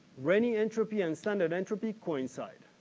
renyi entropy and standard entropy coincide.